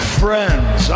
friends